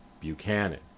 Buchanan